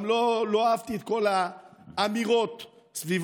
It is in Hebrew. גם לא אהבתי את כל האמירות סביבו,